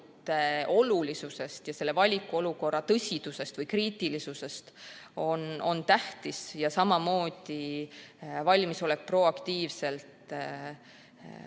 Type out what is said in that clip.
olulisusest ja selle olukorra tõsidusest või kriitilisusest on tähtis, samamoodi valmisolek proaktiivselt